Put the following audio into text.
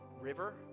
river